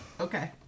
Okay